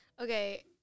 okay